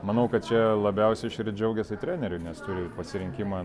manau kad čia labiausiai šįryt džiaugias tai treneriai nes turi ir pasirinkimą